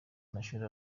amashuri